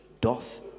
doth